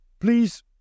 please